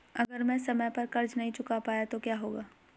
अगर मैं समय पर कर्ज़ नहीं चुका पाया तो क्या होगा?